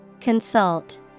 Consult